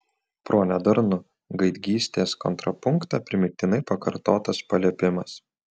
pro nedarnų gaidgystės kontrapunktą primygtinai pakartotas paliepimas